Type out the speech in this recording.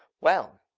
well,